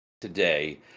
today